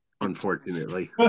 unfortunately